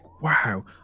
wow